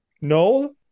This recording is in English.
No